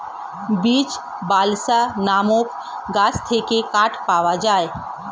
beech, balsa নামক গাছ থেকে কাঠ পাওয়া যায়